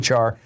HR